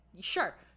Sure